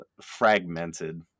fragmented